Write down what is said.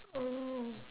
oh